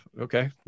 Okay